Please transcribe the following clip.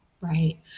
Right